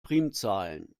primzahlen